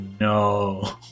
no